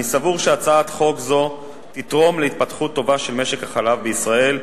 אני סבור שהצעת חוק זו תתרום להתפתחות טובה של משק החלב בישראל,